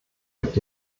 gibt